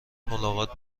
ملاقات